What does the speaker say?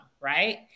right